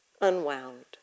unwound